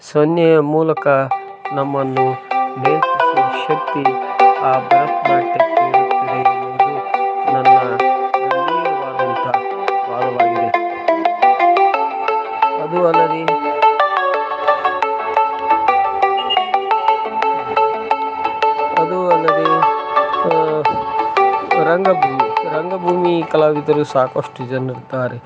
ಸನ್ನೆಯ ಮೂಲಕ ನಮ್ಮನ್ನು ನಿಯಂತ್ರಿಸುವ ಶಕ್ತಿ ಆ ಭರತ ನಾಟ್ಯಕ್ಕೆ ಇರುತ್ತದೆ ಎನ್ನುವುದು ನನ್ನ ವಾದಂತ ವಾದವಾಗಿದೆ ಅದು ಅಲ್ಲದೆ ಅದು ಅಲ್ಲದೆ ರಂಗಭೂಮಿ ರಂಗಭೂಮಿ ಕಲಾವಿದರು ಸಾಕಷ್ಟು ಜನರಿದ್ದಾರೆ